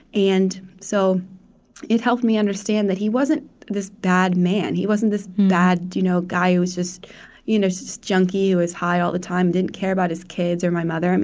and so it helped me understand that he wasn't this bad man. he wasn't this bad you know guy who was just you know so this junkie who was high all the time, didn't care about his kids or my mother. and